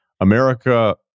America